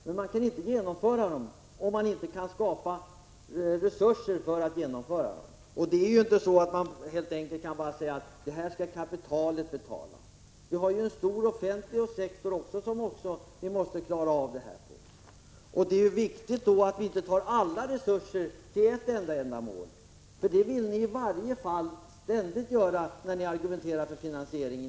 Men man kan inte genomföra dem om man inte kan skapa resurser för deras genomförande. Det är ju inte så enkelt att man bara kan säga: Det här skall kapitalet betala. Vi har ju en stor offentlig sektor som också måste klara av detta. Det är viktigt att vi inte tar alla resurser till ett enda ändamål. Det vill ni ständigt göra när ni inom vpk argumenterar för finansiering.